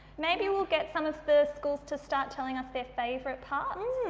maybe we'll get some of the schools to start telling us their favourite parts.